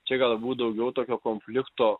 čia galbūt daugiau tokio konflikto